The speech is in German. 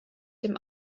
dem